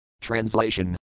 Translation